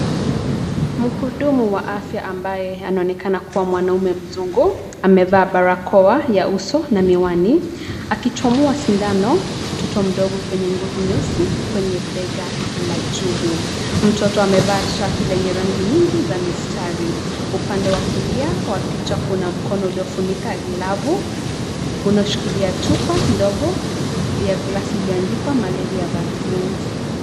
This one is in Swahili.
Mhudumu wa afya ambaye anaonekana kuwa mwanaume mzungu, amevaa barakoa ya uso na miwani, akichomoa sindano mtoto mdogo kwenye ngozi nyeusi kwenye bega la juu. Mtoto amevaa shati lenye rangi nyingi za mistari. Upande wa kulia wa picha kuna mkono uliofunika glavu, unaoshikilia chupa ndogo ya glasi iliyoandikwa malaria vaccine .